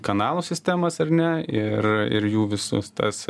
kanalų sistemas ar ne ir ir jų visus tas